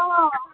हँ